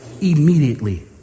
immediately